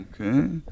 Okay